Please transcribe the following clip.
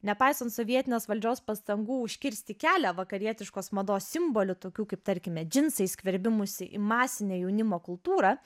nepaisant sovietinės valdžios pastangų užkirsti kelią vakarietiškos mados simbolių tokių kaip tarkime džinsai skverbimuisi į masinę jaunimo kultūrą